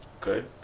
Good